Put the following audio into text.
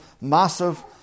massive